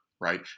right